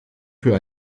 für